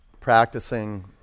practicing